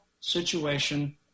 situation